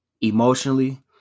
Emotionally